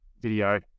video